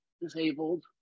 disabled